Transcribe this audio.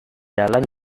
jalan